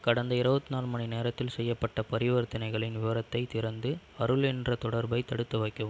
கடந்த இருபத்நாலு மணிநேரத்தில் செய்யப்பட்ட பரிவர்த்தனைகளின் விவரத்தைத் திறந்து அருள் என்ற தொடர்பை தடுத்து வைக்கவும்